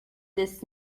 this